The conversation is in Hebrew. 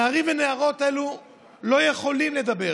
נערים ונערות אלו לא יכולים לדבר,